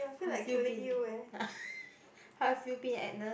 how have you been how have you been Agnes